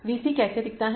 V c कैसा दिखता है